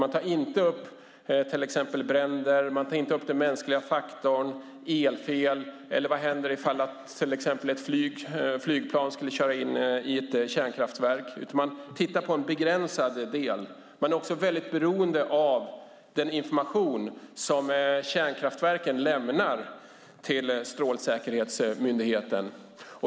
Man tar inte upp till exempel bränder, den mänskliga faktorn, elfel eller vad som händer om ett flygplan flyger in i ett kärnkraftverk, utan man tittar på en begränsad del. Man är också väldigt beroende av den information som kärnkraftverken lämnar till Strålsäkerhetsmyndigheten.